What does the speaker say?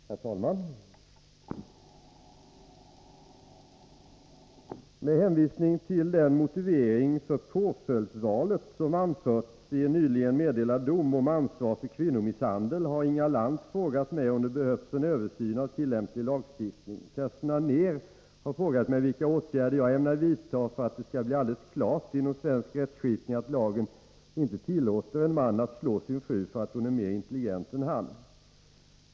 Herr talman! Med hänvisning till den motivering för påföljdsvalet som anförts i en nyligen meddelad dom om ansvar för kvinnomisshandel har Inga Lantz frågat mig om det behövs en översyn av tillämplig lagstiftning. Kerstin Anér har frågat mig vilka åtgärder jag ämnar vidta för att det skall bli alldeles klart inom svensk rättsskipning att lagen inte tillåter en man att slå sin fru för att hon är mer intelligent än han.